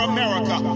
America